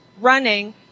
running